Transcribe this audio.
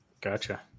Gotcha